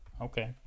Okay